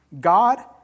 God